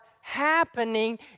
happening